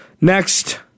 next